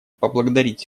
поблагодарить